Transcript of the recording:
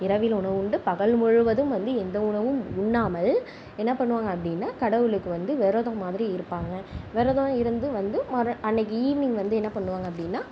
இரவில் உணவுண்டு பகல் முழுவதும் வந்து எந்த உணவும் உண்ணாமல் என்னா பண்ணுவாங்க அப்படின்னா கடவுளுக்கு வந்து விரதம் மாதிரி இருப்பாங்க விரதம் இருந்து வந்து அன்னைக்கு ஈவ்னிங் வந்து என்ன பண்ணுவாங்க அப்படினா